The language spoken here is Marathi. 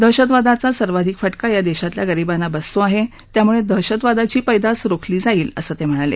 दहशतवादाचा सर्वाधिक फटका या देशातल्या गरीबांना बसतो आहे त्यामुळे दहशतवादाची पैदास रोखली जाईल असं ते म्हणाले